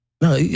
No